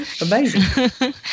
Amazing